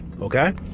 Okay